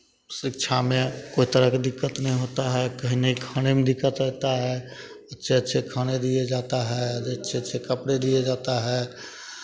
शिक्षा में कोई तरह के दिक्कत नहीं होता है कहीं नहीं खाने में दिक्कत रहता है अच्छे अच्छे खाने दिए जाता है अच्छे अच्छे कपड़े दिए जाता है